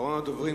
אחרון הדוברים,